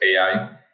AI